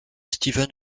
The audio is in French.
steven